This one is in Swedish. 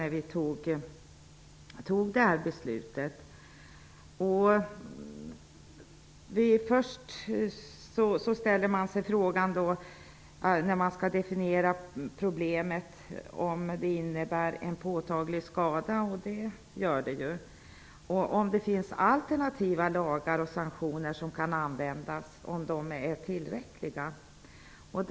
När vi skulle definiera problemet frågade vi oss först om det innebär en påtaglig skada. Det gör det ju. Vi frågade oss om det finns alternativa lagar och sanktioner som kan användas, och om de är tillräckliga.